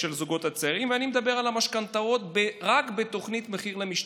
ואני מדבר על המשכנתאות רק בתוכנית מחיר למשתכן.